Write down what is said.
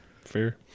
fair